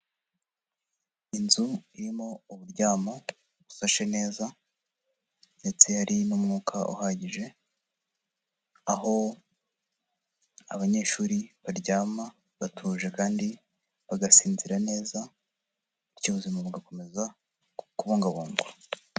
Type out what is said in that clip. Inzu irimo uburyamo busashe neza ndetse hari n'umwuka uhagije, aho abanyeshuri baryama batuje kandi bagasinzira neza, bityo ubuzima bugakomeza kubungabungwa.